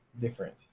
different